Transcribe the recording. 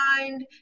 mind